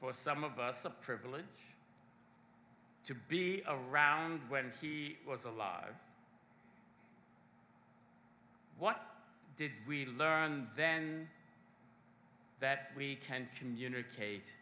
for some of us a privilege to be around when he was alive what did we learn then that we tend to communicate